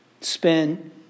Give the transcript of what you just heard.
spend